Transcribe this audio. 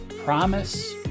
promise